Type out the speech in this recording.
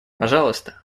пожалуйста